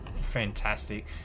fantastic